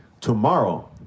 tomorrow